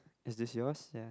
is this yours ya